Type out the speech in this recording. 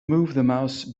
mouse